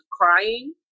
crying